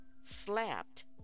slapped